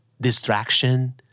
distraction